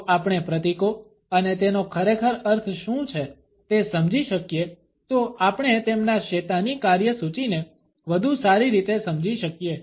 જો આપણે પ્રતીકો અને તેનો ખરેખર અર્થ શું છે તે સમજી શકીએ તો આપણે તેમના શેતાની કાર્યસૂચીને વધુ સારી રીતે સમજી શકીએ